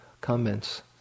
comments